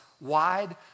wide